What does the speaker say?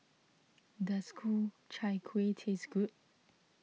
does Ku Chai Kueh taste good